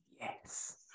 yes